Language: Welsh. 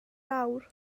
awr